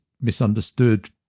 misunderstood